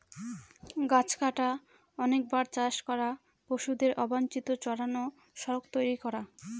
গাছ কাটা, অনেকবার চাষ করা, পশুদের অবাঞ্চিত চড়ানো, সড়ক তৈরী করা